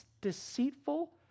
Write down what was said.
deceitful